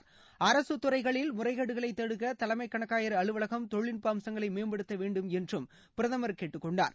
அரகத் துறைகளில் முறைகேடுகளை தடுக்க தலைமை கணக்காயர் அலுவலகம் தொழில்நட்ப அம்சங்களை மேம்படுத்த வேண்டும் என்றும் பிரதமர் கேட்டுக்கொண்டார்